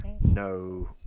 No